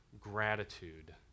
gratitude